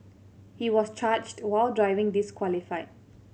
he was charged while driving disqualified